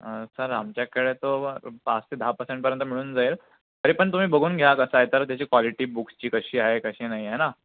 sir आमच्याकडे तो पाच ते दहा पर्सेंटपर्यंत मिळून जाईल तरी पण तुम्ही बघून घ्या कसं आहे तर त्याची क्वालिटी बुक्सची कशी आहे कशी नाही आहे ना